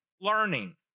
learning